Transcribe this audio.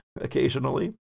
occasionally